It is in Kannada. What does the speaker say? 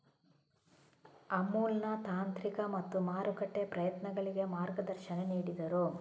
ಅಮುಲ್ನ ತಾಂತ್ರಿಕ ಮತ್ತು ಮಾರುಕಟ್ಟೆ ಪ್ರಯತ್ನಗಳಿಗೆ ಮಾರ್ಗದರ್ಶನ ನೀಡಿದರು